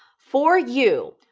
for you,